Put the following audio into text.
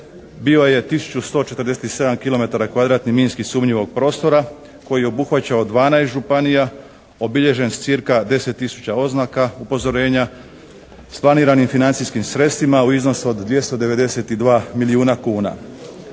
kvadratnih minski sumnjivog prostora koji je obuhvaćao 12 županija obilježen s cirka 10 tisuća oznaka upozorenja s planiranim financijskim sredstvima u iznosu od 292 milijuna kuna.